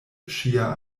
ŝia